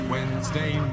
Wednesday